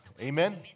Amen